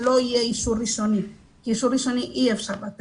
שלא יהיה אישור ראשוני כי אישור ראשוני אי אפשר לתת.